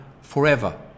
forever